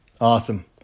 Awesome